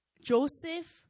Joseph